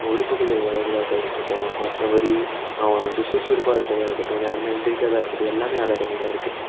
உறுப்புக்கள் வளருகிறதாக இருக்கட்டும் மற்றபடி அவன் வந்து சுறுசுறுப்பாக இருக்கிறதா இருக்கட்டும் நேரமாக எழுந்திரிக்காததா இருக்கட்டும் எல்லாமே அதில் அடங்கி தான் இருக்குது